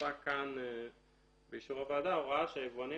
נוספה כאן באישור הוועדה הוראה שהיבואנים